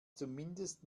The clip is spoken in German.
zumindest